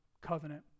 covenant